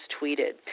tweeted